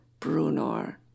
Brunor